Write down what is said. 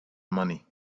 money